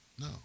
No